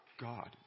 God